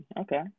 Okay